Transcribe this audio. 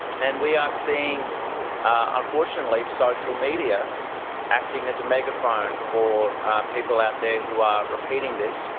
and we are seeing unfortunately social media acting as a megaphone for people out there who are repeating this,